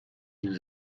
nous